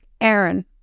Aaron